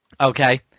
Okay